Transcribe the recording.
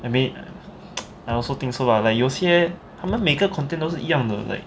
I mean I also think so lah like 有些他们每个 content 都是一样的 like